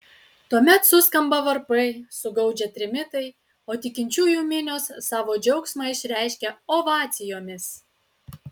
tuomet suskamba varpai sugaudžia trimitai o tikinčiųjų minios savo džiaugsmą išreiškia ovacijomis